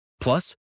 Plus